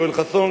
יואל חסון,